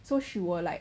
so she will like